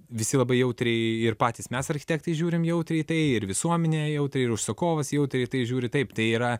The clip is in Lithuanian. visi labai jautriai ir patys mes architektai žiūrim jautriai į tai ir visuomenė jautriai ir užsakovas jautriai tai žiūri taip tai yra